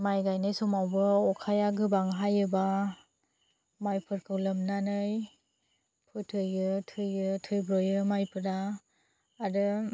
माय गायनाय समावबो अखाया गोबां हायोबा मायफोरखौ लोमनानै गोदोयो थैयो थैब्र'वो मायफ्रा आरो